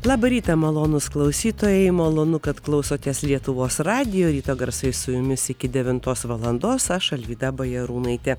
labą rytą malonūs klausytojai malonu kad klausotės lietuvos radijo ryto garsai su jumis iki devintos valandos aš alvyda bajarūnaitė